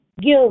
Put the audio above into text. give